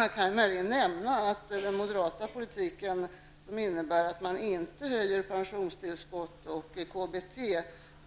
Jag kan möjligen nämna att den moderata politiken, som innebär att man inte höjer pensionstillskott och KBT